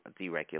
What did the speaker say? deregulation